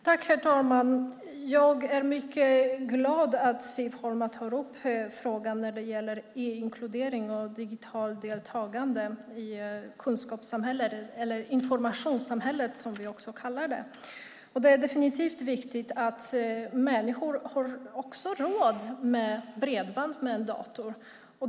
Herr talman! Jag är mycket glad att Siv Holma tar upp frågan om e-inkludering och digitalt deltagande i kunskapssamhället, eller informationssamhället som vi också kallar det. Det är definitivt viktigt att människor har råd med bredband och dator.